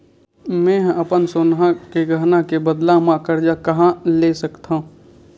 मेंहा अपन सोनहा के गहना के बदला मा कर्जा कहाँ ले सकथव?